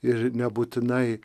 ir nebūtinai